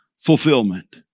fulfillment